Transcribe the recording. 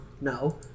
No